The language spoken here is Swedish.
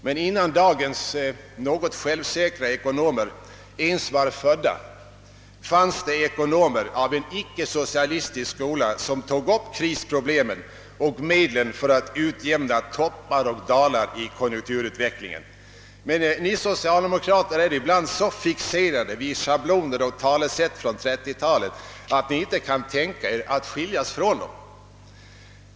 Men innan dagens något självsäkra ekonomer ens var födda fanns det ekonomer av en icke socialistisk skola, som tog upp krisproblemen och medlen att utjämna toppar och dalar i konjunkturutvecklingen. Men ni socialdemokrater är ibland så fixerade vid schabloner och talesätt från 1930 talet, att ni inte kan tänka er att skiljas från dem.